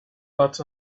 but